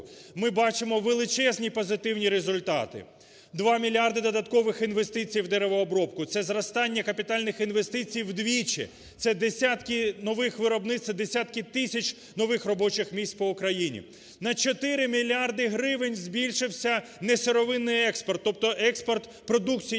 Ми бачимо величезні позитивні результати. Два мільярди додаткових інвестицій в деревообробку. Це зростання капітальних інвестицій вдвічі, це десятки нових виробництв, це десятки тисяч нових робочих місць по Україні. На 4 мільярди гривень збільшився несировинний експорт, тобто експорт продукції,